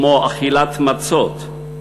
כמו אכילת מצות.